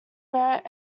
merit